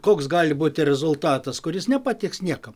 koks gali būti rezultatas kuris nepatiks niekam